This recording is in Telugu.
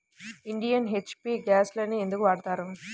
ఇండియన్, హెచ్.పీ గ్యాస్లనే ఎందుకు వాడతాము?